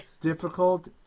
difficult